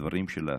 הדברים שלך,